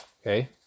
Okay